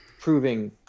proving